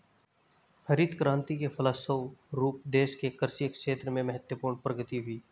हरित क्रान्ति के फलस्व रूप देश के कृषि क्षेत्र में महत्वपूर्ण प्रगति हुई